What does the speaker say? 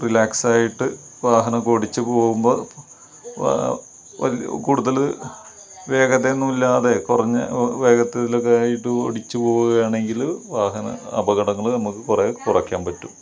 relax ആയിട്ട് വാഹനം ഒക്കെ ഓടിച്ചു പോകുമ്പോൾ വലിയ കൂടുതൽ വേഗതയൊന്നും ഇല്ലാതെ കുറഞ്ഞ വേഗത്തിലൊക്കെ ആയിട്ട് ഓടിച്ചുപോവുകയാണെങ്കിൽ വാഹന അപകടങ്ങൾ നമുക്ക് കുറേ കുറയ്ക്കാൻ പറ്റും